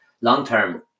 long-term